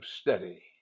Steady